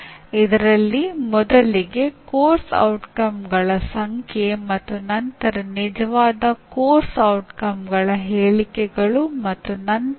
ಒಂದು ಪರಿಸ್ಥಿತಿಯನ್ನು ಅನ್ವಯಿಸಲು ಸರಿಯಾದ ರೀತಿಯ ವಿಧಾನವನ್ನು ಆಯ್ಕೆ ಮಾಡಲು ಬೋಧನಾ ವಿನ್ಯಾಸ ಶಾಸ್ತ್ರ ನಿಮಗೆ ಸಹಾಯ ಮಾಡುತ್ತದೆ